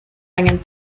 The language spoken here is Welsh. angen